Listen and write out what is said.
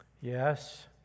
Yes